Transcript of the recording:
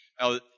Now